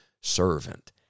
servant